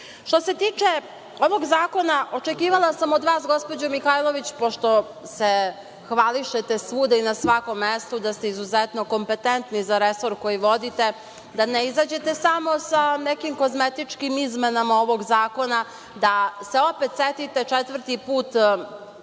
se tiče ovog zakona očekivala sam od vas gospođo Mihajlović, pošto se hvališete svuda i na svakom mestu da ste izuzetno kompetentni za resor koji vodite, da ne izađete samo sa nekim kozmetičkim izmenama ovog zakona, da se opet setite četvrti put